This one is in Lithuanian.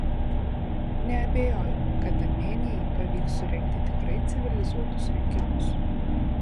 neabejoju kad armėnijai pavyks surengti tikrai civilizuotus rinkimus